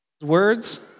words